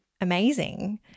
amazing